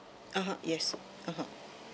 (uh huh) yes (uh huh)